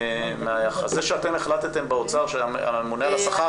זה שאתם החלטתם באוצר שהממונה על השכר